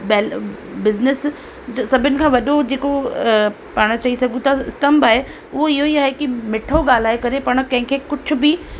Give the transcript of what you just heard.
बैल बिज़निस सभिनि खां वॾो जेको पाण चई सघूं था स्तंभ आहे उहो इहो ई आहे की मिठो ॻाल्हाए करे पाण कंहिंखे कुझु बि